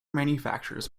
manufacturers